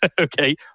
okay